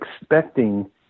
expecting